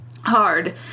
hard